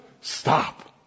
stop